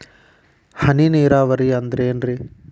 ಹನಿ ನೇರಾವರಿ ಅಂದ್ರೇನ್ರೇ?